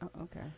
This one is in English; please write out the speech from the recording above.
Okay